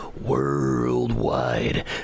worldwide